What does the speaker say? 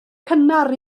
cynnar